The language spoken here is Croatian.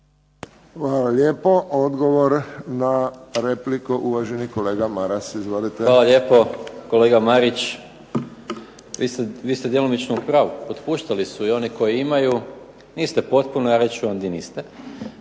Hvala lijepo. Odgovor na repliku uvaženi kolega Goran Maras. **Maras, Gordan (SDP)** Hvala lijepo. Kolega Marić vi ste djelomično u pravu. Otpuštali su i oni koji imaj, niste potpuno, a reći ću vam gdje niste.